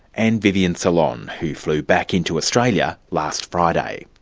and vivian solon, who flew back into australia last friday.